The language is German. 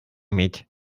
mit